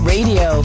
Radio